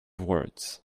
words